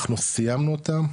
אנחנו סיימנו אותם,